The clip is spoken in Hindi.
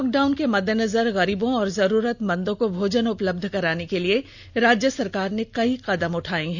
लॉकडाउन के मद्देनजर गरीबों और जरुरतमंदों को भोजन उपलब्ध कराने के लिए राज्य सरकार ने कई कदम उठाए हैं